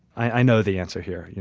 i know the answer here. you